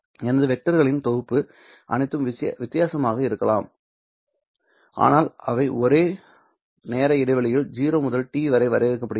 எனது வெக்டர்களின் தொகுப்பு அனைத்தும் வித்தியாசமாக இருக்கலாம் ஆனால் அவை ஒரே நேர இடைவெளியில் 0 முதல் t வரை வரையறுக்கப்பட்டுள்ளன